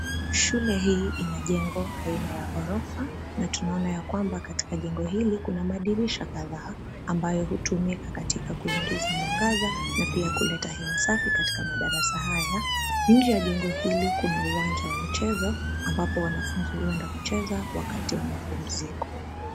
Shule hii ina jengo aina ya ghorofa, na tunaona ya kwamba katika jengo hili kuna madirisha kadhaa, ambayo hutumika katika kuingiza mwangaza na pia kuleta hewa safi katika madarasa haya. Nje ya jengo hili kuna uwanja wa michezo, ambapo wanafunzi huenda kucheza wakati wa mapumziko.